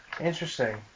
Interesting